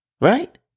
Right